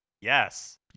yes